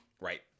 right